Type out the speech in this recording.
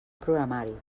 programari